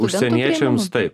užsieniečiams taip